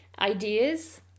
ideas